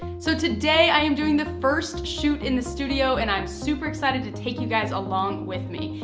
so today, i am doing the first shoot in the studio and i am super excited to take you guys along with me.